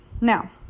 Now